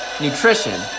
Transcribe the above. nutrition